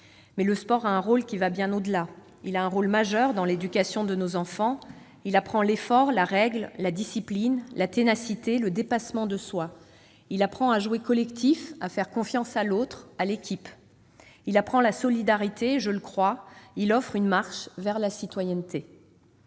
Mais le sport a un rôle qui va bien au-delà. Il a un rôle majeur dans l'éducation de nos enfants : il apprend l'effort, la règle, la discipline, la ténacité, le dépassement de soi ; il apprend à jouer collectif, à faire confiance à l'autre, à l'équipe ; il apprend la solidarité, et, je le crois, il est une marche vers la citoyenneté.